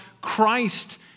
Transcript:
Christ